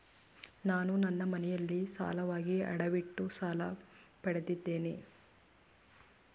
ನಾನು ನನ್ನ ಮನೆಯನ್ನು ಸಾಲವಾಗಿ ಅಡವಿಟ್ಟು ಸಾಲ ಪಡೆದಿದ್ದೇನೆ